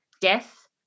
death